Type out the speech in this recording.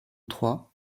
trois